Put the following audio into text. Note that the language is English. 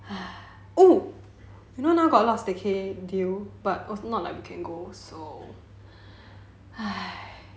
oh you know now got a lot of staycay deal but also not like can go so